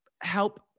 help